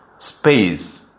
Space